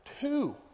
two